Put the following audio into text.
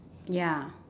ya